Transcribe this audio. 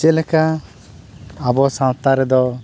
ᱪᱮᱫ ᱞᱮᱠᱟ ᱟᱵᱚ ᱥᱟᱶᱛᱟ ᱨᱮᱫᱚ